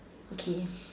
okay